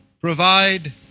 provide